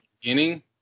beginning